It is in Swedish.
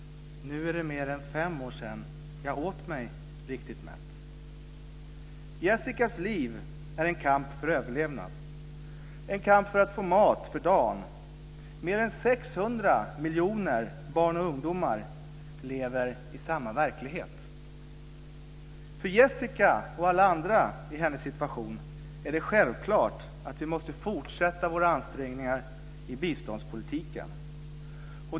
Nu är det mer än fem år sedan jag åt mig riktigt mätt." Jessicas liv är en kamp för överlevnad, en kamp för att få mat för dagen. Mer än 600 miljoner barn och ungdomar lever i samma verklighet. För Jessica och alla andra i hennes situation är det självklart att vi måste fortsätta våra ansträngningar i biståndspolitiken.